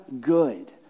good